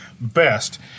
best